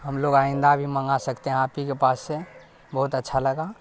ہم لوگ آئندہ بھی منگا سکتے ہیں آپ ہی کے پاس سے بہت اچھا لگا